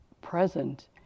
present